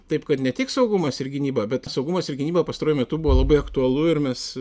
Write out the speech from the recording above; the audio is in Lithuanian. taip kad ne tik saugumas ir gynyba bet saugumas ir gynyba pastaruoju metu buvo labai aktualu ir mes